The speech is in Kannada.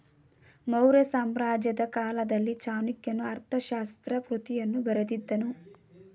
ಮೌರ್ಯ ಸಾಮ್ರಾಜ್ಯದ ಕಾಲದಲ್ಲಿ ಚಾಣಕ್ಯನು ಅರ್ಥಶಾಸ್ತ್ರ ಕೃತಿಯನ್ನು ಬರೆದಿದ್ದನು